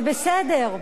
זה בסדר.